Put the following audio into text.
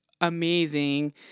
amazing